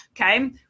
okay